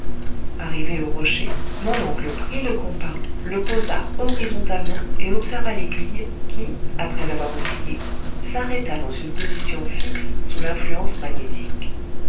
arrivé au rocher mon oncle prit le compas le posa horizontalement et observa l'aiguilla qui après avoir oscillé s'arrêta dans une position fixe sous l'influence magnétique